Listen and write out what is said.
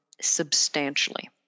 substantially